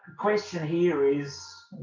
question here is